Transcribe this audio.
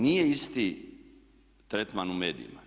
Nije isti tretman u medijima.